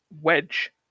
Wedge